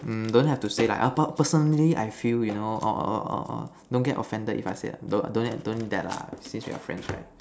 mm don't have to say like err but personally I feel you know orh orh orh orh don't get offended if I say don't don't don't need that lah since we are friends right